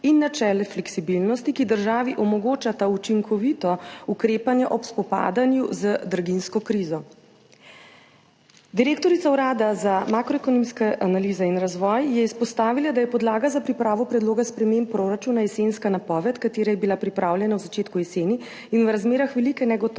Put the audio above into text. in načelo fleksibilnosti, ki državi omogočata učinkovito ukrepanje ob spopadanju z draginjsko krizo. Direktorica Urada za makroekonomske analize in razvoj je izpostavila, da je podlaga za pripravo predloga sprememb proračuna jesenska napoved, ki je bila pripravljena v začetku jeseni in v razmerah velike negotovosti.